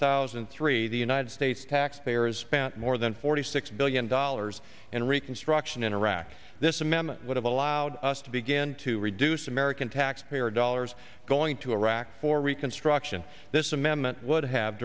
thousand and three the united states taxpayers spent more than forty six billion dollars in reconstruction in iraq this amendment would have allowed us to begin to reduce american taxpayer dollars going to iraq for reconstruction this amendment would have